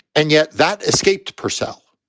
and yet that escaped purcell.